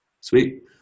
Sweet